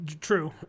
true